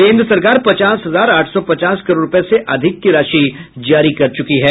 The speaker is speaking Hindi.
केन्द्र सरकार पचास हजार आठ सौ पचास करोड रुपए से अधिक की राशि जारी कर चुकी है